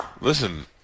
Listen